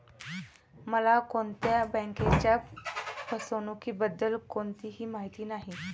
मला कोणत्याही बँकेच्या फसवणुकीबद्दल कोणतीही माहिती नाही